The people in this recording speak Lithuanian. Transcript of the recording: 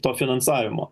to finansavimo